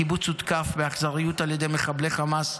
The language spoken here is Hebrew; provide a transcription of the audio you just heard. הקיבוץ הותקף באכזריות על ידי מחבלי חמאס,